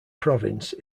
province